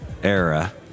era